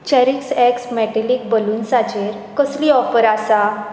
Cherish X metallic बलून्सांचेर कसली offer आसा